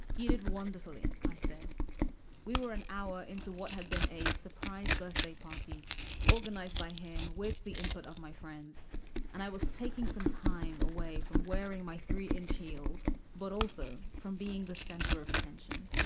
you did wonderfully. i said we were an hour into what had been a surprise birthday party organized by him with the input of my friends and i was taking some time away from wearing my three inch heels but also from being the center of attention.